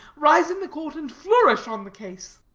rise in the court, and flourish on the case.